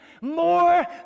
more